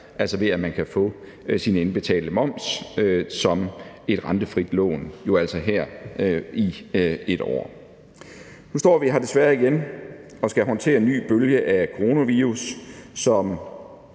her, ved at man kan få sin indbetalte moms som et rentefrit lån i et år. Nu står vi her desværre igen og skal håndtere en ny bølge af coronavirus, som